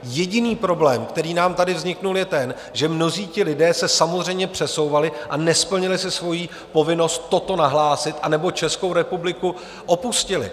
Jediný problém, který nám tady vznikl, je ten, že mnozí ti lidé se samozřejmě přesouvali a nesplnili si svojí povinnost toto nahlásit, anebo Českou republiku opustili.